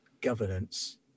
governance